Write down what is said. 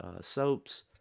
soaps